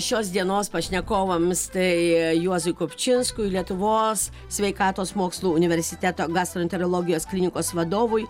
šios dienos pašnekovams tai juozui kupčinskui lietuvos sveikatos mokslų universiteto gastroenterologijos klinikos vadovui